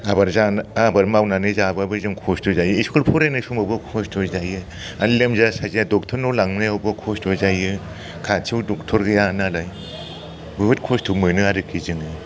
आबाद जानो आबाद मावनानै जाबाबो जों खस्थ' जायो इस्कुल फरायनाय समावनो खस्थ' जायो आर लोमजा साजा डक्टरनाव लांनायावबो खस्थ' जायो खाथियाव डक्टर गैया नालाय बहुत खस्थ' मोनो आरोखि जोङो